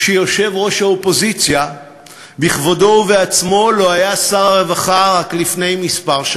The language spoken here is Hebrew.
יושב-ראש האופוזיציה בכבודו ובעצמו לא היה שר הרווחה רק לפני שנים מספר,